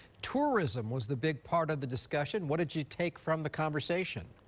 tourism was the big part of the discussion what did you take from the conversation.